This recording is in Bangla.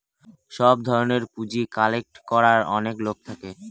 সব ধরনের পুঁজি কালেক্ট করার অনেক লোক থাকে